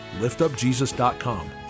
liftupjesus.com